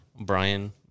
Brian